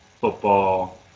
football